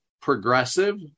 progressive